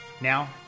Now